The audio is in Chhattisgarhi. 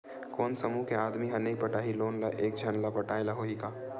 कोन समूह के आदमी हा नई पटाही लोन ला का एक झन ला पटाय ला होही का?